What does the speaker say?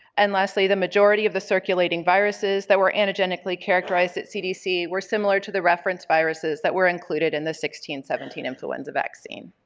and, lastly, the majority of the circulating viruses that were anagenically characterized at cdc were similar to the referenced viruses that were included in the sixteen seventeen influenza vaccine.